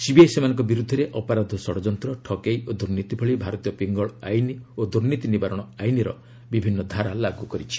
CBI ସେମାନଙ୍କ ବିରୁଦ୍ଧରେ ଅପରାଧ ଷଡ଼ଯନ୍ତ୍ର ଠକେଇ ଓ ଦୁର୍ନୀତି ଭଳି ଭାରତୀୟ ପିଙ୍ଗଳ ଆଇନ ଓ ଦୁର୍ନୀତି ନିବାରଣ ଆଇନର ବିଭିନ୍ନ ଧାରା ଲାଗ୍ କରିଛି